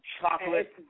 chocolate